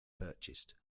purchased